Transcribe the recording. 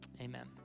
amen